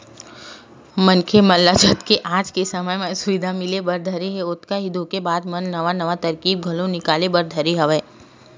मनखे मन ल जतके आज के समे म सुबिधा मिले बर धरे हे ओतका ही धोखेबाज मन नवा नवा तरकीब घलो निकाले बर धरे हवय